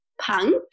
punk